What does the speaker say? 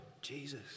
Jesus